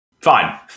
Fine